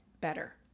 better